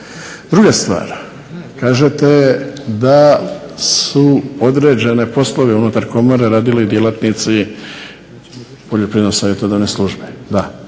Druga stvar, kažete da su određene poslove unutar komore radili djelatnici Poljoprivredno savjetodavne službe,